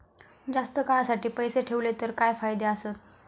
जास्त काळासाठी पैसे ठेवले तर काय फायदे आसत?